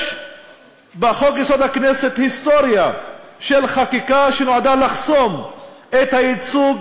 יש בחוק-יסוד: הכנסת היסטוריה של חקיקה שנועדה לחסום את הייצוג